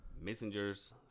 messengers